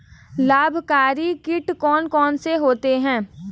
लाभकारी कीट कौन कौन से होते हैं?